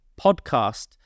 podcast